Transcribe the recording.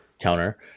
counter